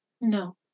No